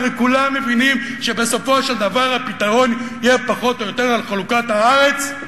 הרי כולם מבינים שבסופו של דבר הפתרון יהיה פחות או יותר על חלוקת הארץ,